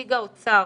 לנציג האוצר.